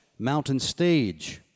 mountainstage